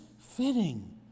fitting